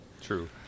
true